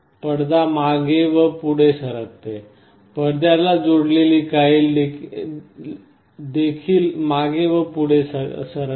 पडदा मागे व पुढे सरकते पडद्याला जोडलेली कॉइल देखील मागे व पुढे सरकते